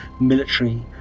military